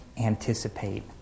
anticipate